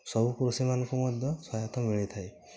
ସବୁ କୃଷିମାନଙ୍କୁ ମଧ୍ୟ ସହାୟତ ମିଳିଥାଏ